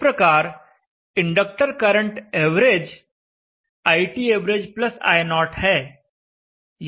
इस प्रकार inductor current average iTav i0 है